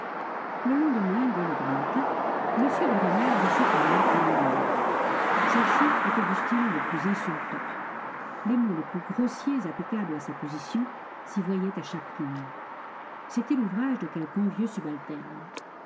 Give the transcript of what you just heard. le lendemain dès le grand matin m de rênal reçut une lettre anonyme celle-ci était du style le plus insultant les mots les plus grossiers applicables à sa position s'y voyaient à chaque ligne c'était l'ouvrage de quelque envieux subalterne